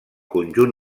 conjunt